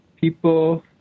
people